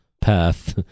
path